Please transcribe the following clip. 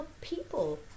people